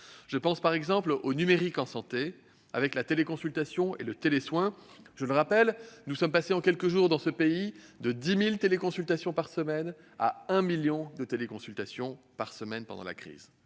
Je pense par exemple au numérique en santé, avec la téléconsultation et le télésoin : je le rappelle, nous sommes passés en quelques jours de plusieurs milliers à 1 million de téléconsultations par semaine durant la crise.